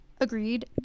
agreed